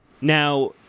Now